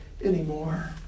anymore